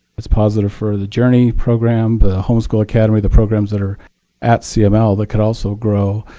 it's positive for the journey program, but the homeschool academy, the programs that are at so cml that could also grow.